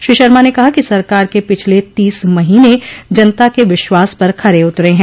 श्री शर्मा ने कहा कि सरकार के पिछले तीस महीने जनता के विश्वास पर खरे उतरे हैं